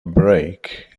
break